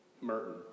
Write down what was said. Merton